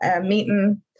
Meeting